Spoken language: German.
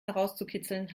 herauszukitzeln